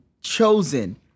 chosen